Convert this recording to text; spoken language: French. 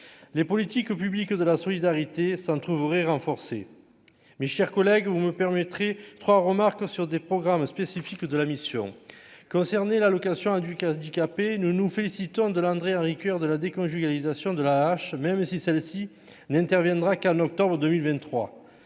les politiques publiques de la solidarité s'en trouverait renforcée, mes chers collègues, vous me permettrez 3 remarque sur des programmes spécifiques de la mission concernés la location du 15 handicapés, nous nous félicitons de Andréa Ricoeur de la déconjugalisation de la H, même si celle-ci n'interviendra qu'en octobre 2023,